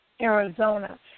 Arizona